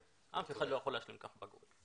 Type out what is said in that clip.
אף אחד לא יכול להשלים כך בגרות.